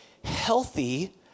Healthy